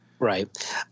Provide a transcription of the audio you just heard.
Right